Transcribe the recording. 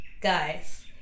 guys